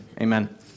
Amen